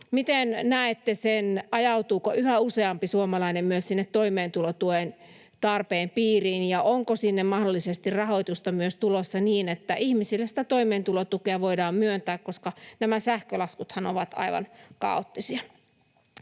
miten näette sen, ajautuuko yhä useampi suomalainen myös sinne toimeentulotuen tarpeen piiriin, ja onko sinne mahdollisesti myös rahoitusta tulossa niin, että ihmisille sitä toimeentulotukea voidaan myöntää, koska nämä sähkölaskuthan ovat aivan kaoottisia?